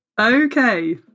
Okay